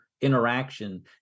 interaction